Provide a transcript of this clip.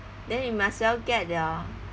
then you might as well get your